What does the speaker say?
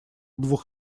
двух